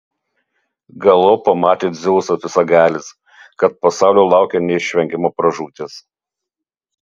galop pamatė dzeusas visagalis kad pasaulio laukia neišvengiama pražūtis